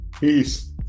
Peace